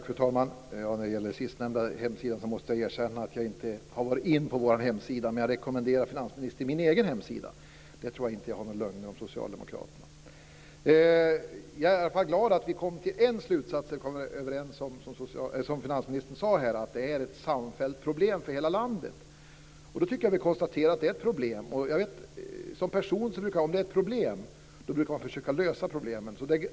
Fru talman! Vad gäller det sistnämnda måste jag erkänna att jag inte varit inne på vår hemsida, men jag rekommenderar finansministern min egen hemsida. Där tror jag inte att jag har några lögner om Socialdemokraterna. Jag är i alla fall glad att vi kom fram till en slutsats. Vi kom, som finansministern här sade, överens om att det är ett samfällt problem för hela landet. Då tycker jag att vi konstaterar att det är ett problem. Om det är ett problem brukar jag som person försöka lösa det.